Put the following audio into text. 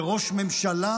וראש ממשלה,